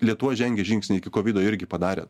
lietuva žengė žingsnį iki kovido irgi padarė